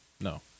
no